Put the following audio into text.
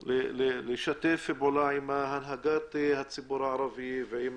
לשתף פעולה עם הנהגת הציבור הערבי ועם